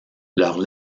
leur